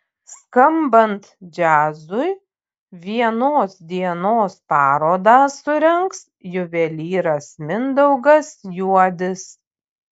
skambant džiazui vienos dienos parodą surengs juvelyras mindaugas juodis